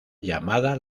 llamada